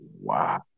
Wow